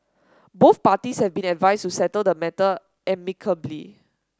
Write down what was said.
both parties have been advised to settle the matter amicably